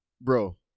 Bro